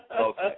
Okay